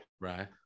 Right